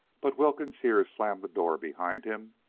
but wilkins here slammed the door behind him,